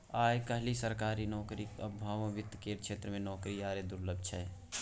आय काल्हि सरकारी नौकरीक अभावमे वित्त केर क्षेत्रमे नौकरी आरो दुर्लभ छै